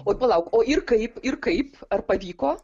oi palauk o ir kaip ir kaip ar pavyko